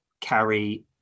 carry